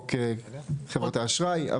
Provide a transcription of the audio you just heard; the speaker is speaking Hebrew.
בחוק חברות האשראי.